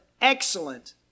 excellent